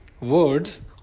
words